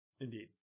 Indeed